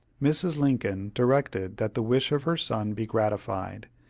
mrs. lincoln directed that the wish of her son be gratified,